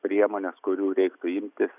priemones kurių reiktų imtis